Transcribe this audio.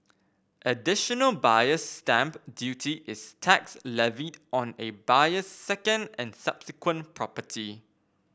additional Buyer's Stamp Duty is tax levied on a buyer's second and subsequent property